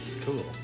Cool